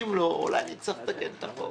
אם לא אולי נצטרך לתקן את החוק.